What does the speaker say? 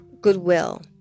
goodwill